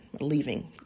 leaving